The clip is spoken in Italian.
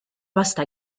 vasta